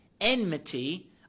enmity